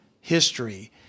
history